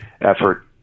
effort